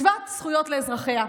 שוות זכויות לאזרחיה.